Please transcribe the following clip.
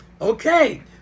Okay